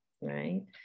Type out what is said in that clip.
right